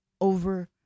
over